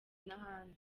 n’ahandi